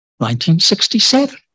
1967